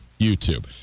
YouTube